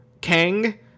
Kang